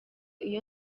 iyo